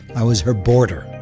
i was her boarder